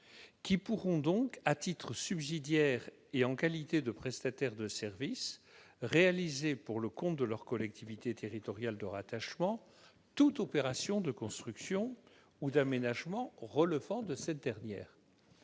qui pourront, à titre subsidiaire, et en qualité de prestataires de services, réaliser pour le compte de leur collectivité territoriale de rattachement toute opération de construction ou d'aménagement relevant de la compétence